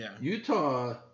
Utah